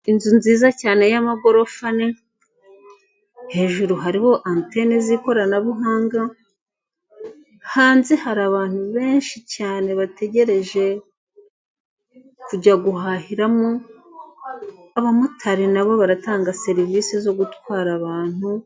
Inzu nziza cyane y'amagorofa ane, hejuru hariho antene z'ikoranabuhanga, hanze hari abantu benshi cyane bategereje kujya guhahiramo, abamotari nabo baratanga serivisi zo gutwara abantu.